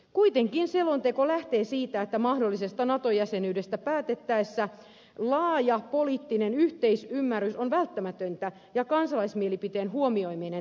kuitenkin selonteko lähtee siitä että mahdollisesta nato jäsenyydestä päätettäessä laaja poliittinen yhteisymmärrys on välttämätöntä ja kansalaismielipiteen huomioiminen tärkeää